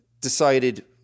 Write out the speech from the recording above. decided